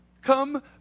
Come